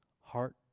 heart